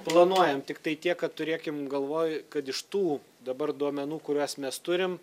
planuojam tiktai tiek kad turėkim galvoj kad iš tų dabar duomenų kuriuos mes turim